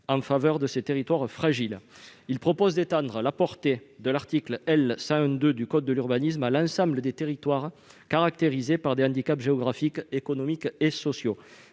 en faveur de ces territoires fragiles. Il tend à étendre la portée de l'article L. 101-2 du code de l'urbanisme à l'ensemble des territoires caractérisés par des handicaps géographiques, économiques et sociaux